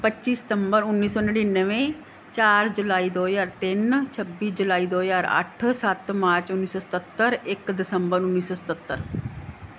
ਪੱਚੀ ਸਤੰਬਰ ਉੱਨੀ ਸੌ ਨੜਿੱਨਵੇਂ ਚਾਰ ਜੁਲਾਈ ਦੋ ਹਜ਼ਾਰ ਤਿੰਨ ਛੱਬੀ ਜੁਲਾਈ ਦੋ ਹਜ਼ਾਰ ਅੱਠ ਸੱਤ ਮਾਰਚ ਉੱਨੀ ਸੌ ਸਤੱਤਰ ਇੱਕ ਦਸੰਬਰ ਉੱਨੀ ਸੌ ਸਤੱਤਰ